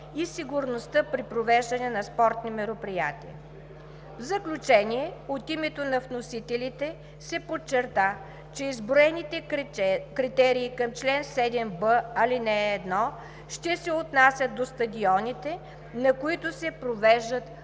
и сигурността при провеждане на спортни мероприятия. В заключение, от името на вносителите се подчерта, че изброените критерии към чл. 7б, ал. 1 ще се отнасят до стадионите, на които се провеждат международни